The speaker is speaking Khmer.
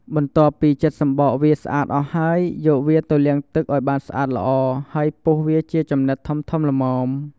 បន្ទាប់ពីចិតសំបកវាស្អាតអស់ហើយ យកវាទៅលាងទឹកឱ្យបានស្អាតល្អ ហើយពុះវាជាចំណិតធំៗល្មម។